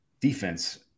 defense